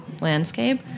landscape